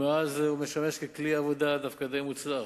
מאז הוא משמש כלי עבודה די מוצלח,